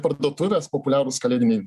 parduotuvės populiarūs kalėdiniai